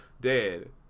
dead